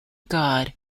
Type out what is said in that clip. god